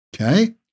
okay